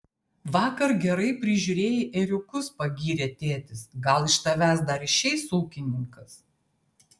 vakar gerai prižiūrėjai ėriukus pagyrė tėtis gal iš tavęs dar išeis ūkininkas